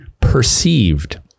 perceived